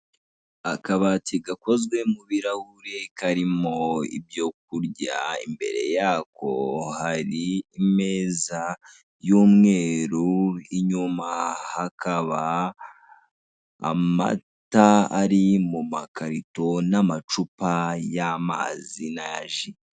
Akabati gakozwe mu birahure karimo ibyo kurya, imbere yako hari imeza y' umweru, inyuma hakaba amata ari mu makarito, n' amacupa y'amazi n' aya ji.